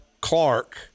Clark –